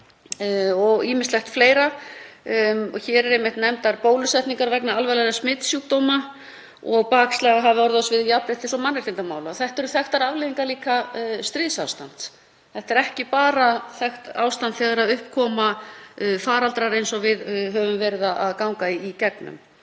og ýmislegt fleira. Hér eru einmitt nefndar bólusetningar vegna alvarlegra smitsjúkdóma og að bakslag hafi orðið á sviði jafnréttis- og mannréttindamála. Þetta eru líka þekktar afleiðingar stríðsástands. Þetta er ekki bara þekkt ástand þegar upp koma faraldrar eins og við höfum verið að ganga í gegnum.